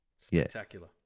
Spectacular